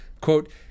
quote